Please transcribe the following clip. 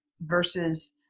versus